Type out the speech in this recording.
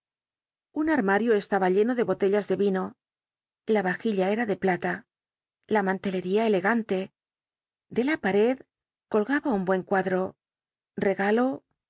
un armario estaba lleno de botellas de vino la vajilla era de plata la mantelería elegante de la pared colgaba un buen cuadro regalo supuso